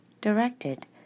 directed